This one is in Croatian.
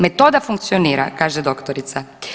Metoda funkcionira kaže doktorica.